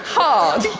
hard